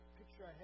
picture